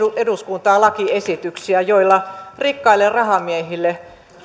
eduskuntaan lakiesityksiä joilla rikkaille rahamiehille